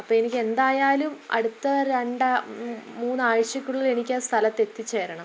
അപ്പം എനിക്ക് എന്തായാലും അടുത്ത രണ്ടുമൂന്ന് ആഴ്ച്ചക്കുള്ളിൽ എനിക്ക് ആ സ്ഥലത്ത് എത്തിച്ചേരണം